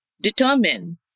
determine